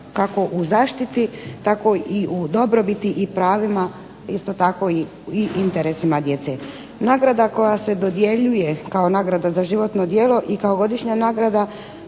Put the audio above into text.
kako u zaštiti tako i u dobrobiti i pravima isto tako i interesima djece. Nagrada koja se dodjeljuje kao nagrada za životno djelo i kao godišnja nagrada